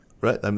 right